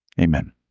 Amen